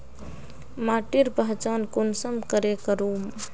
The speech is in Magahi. माटिर पहचान कुंसम करे करूम?